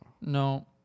No